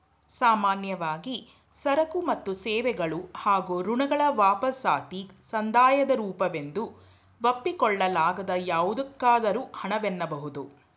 ಸಾಮಾನ್ಯವಾಗಿ ಸರಕು ಮತ್ತು ಸೇವೆಗಳು ಹಾಗೂ ಋಣಗಳ ವಾಪಸಾತಿ ಸಂದಾಯದ ರೂಪವೆಂದು ಒಪ್ಪಿಕೊಳ್ಳಲಾಗದ ಯಾವುದಕ್ಕಾದರೂ ಹಣ ವೆನ್ನಬಹುದು